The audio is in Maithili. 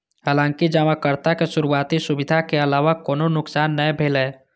हालांकि जमाकर्ता के शुरुआती असुविधा के अलावा कोनो नुकसान नै भेलै